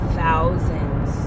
thousands